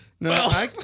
No